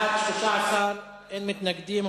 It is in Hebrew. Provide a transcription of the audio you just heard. בעד, 13, אין מתנגדים.